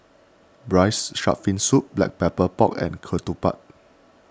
Braised Shark Fin Soup Black Pepper Pork and Ketupat